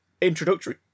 introductory